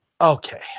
Okay